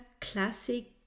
classic